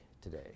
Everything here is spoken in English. today